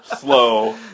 Slow